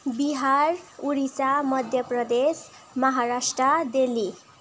Bihar Odisha Madhya Pradesh Maharashtra Delhi